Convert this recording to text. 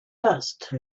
dust